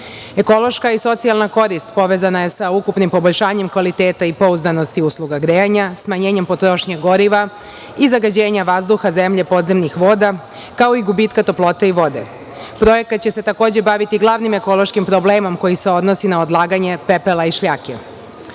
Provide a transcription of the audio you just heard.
sistema. Ekološka i socijalna korist povezana je sa ukupnim poboljšanjem kvaliteta i pouzdanosti usluga grejanja, smanjenjem potrošnje goriva i zagađenja vazduha, zemlje, podzemnih voda, kao i gubitka toplote i vode. Projekat će se, takođe, baviti glavnim ekološkim problemom koji se odnosi na odlaganje pepela i